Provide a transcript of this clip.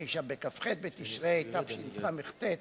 409 בכ"ח בתשרי התשס"ט,